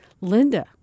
Linda